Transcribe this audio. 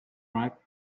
ripe